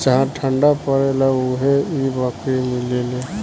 जहा ठंडा परेला उहे इ बकरी मिलेले